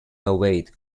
await